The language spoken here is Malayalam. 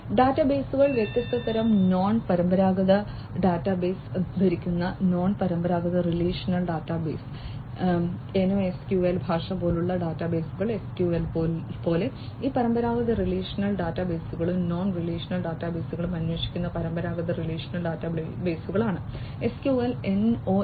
ഡാറ്റാബേസുകൾ വ്യത്യസ്ത തരം നോൺ പരമ്പരാഗത ഡാറ്റാബേസ് ധരിക്കുന്ന നോൺ പരമ്പരാഗത റിലേഷണൽ ഡാറ്റാബേസ് NoSQL ഭാഷ പോലെയുള്ള ഡാറ്റാബേസുകൾ SQL പോലെ ഈ പരമ്പരാഗത റിലേഷണൽ ഡാറ്റാബേസുകളും നോൺ റിലേഷണൽ ഡാറ്റാബേസുകളും അന്വേഷിക്കുന്ന പരമ്പരാഗത റിലേഷണൽ ഡാറ്റാബേസുകൾക്കുള്ളതാണ് SQL